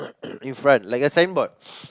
in front like a signboard